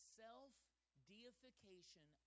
self-deification